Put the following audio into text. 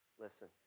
Listen